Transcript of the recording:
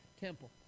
temple